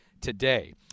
today